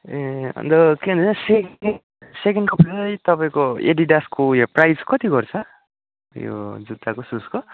ए अन्त के भन्छ सेकेन्ड कपी चाहिँ तपाईँको एडिडासको ऊ यो प्राइज कति गर्छ त्यो जुत्ताको सुजको